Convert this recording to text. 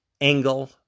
angle